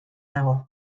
dago